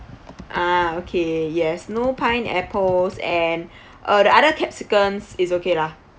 ah okay yes no pineapples and uh the other capsicums is okay lah